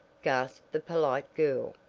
gasped the polite girl.